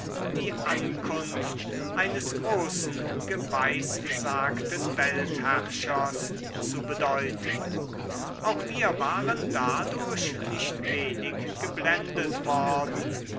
die ankunft eines großen geweissagten weltherrschers zu bedeuten auch wir waren dadurch nicht wenig geblendet worden